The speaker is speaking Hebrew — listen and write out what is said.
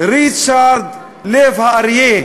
ריצ'רד לב הארי.